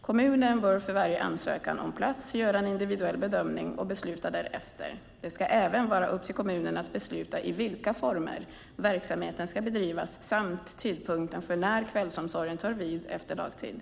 Kommunen bör för varje ansökan om plats göra en individuell bedömning och besluta därefter. Det ska även vara upp till kommunen att besluta i vilka former verksamheten ska bedrivas samt tidpunkten för när kvällsomsorgen tar vid efter dagtid.